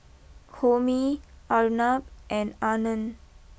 Homi Arnab and Anand